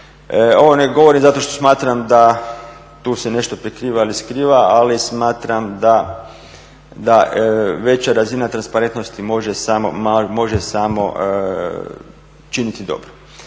Ovo ne govorim zato što smatram da tu se nešto prikriva ili skriva ali smatram da veća razina transparentnosti može samo činiti dobro.